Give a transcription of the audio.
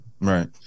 right